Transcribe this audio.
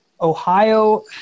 Ohio